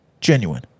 genuine